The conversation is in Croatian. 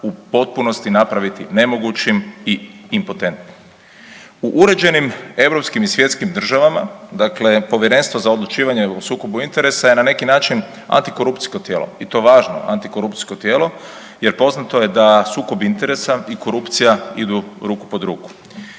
u potpunosti napraviti nemogućim i impotentnim. U uređenim europskim i svjetskim državama, dakle Povjerenstvo za odlučivanje o sukobu interesa je na neki način antikorupcijsko tijelo i to važno antikorupcijsko tijelo, jer poznato je da sukob interesa i korupcija idu ruku pod ruku.